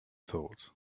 thought